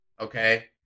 okay